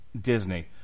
Disney